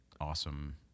awesome